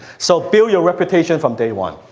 so, build your reputation from day one.